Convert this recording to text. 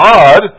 God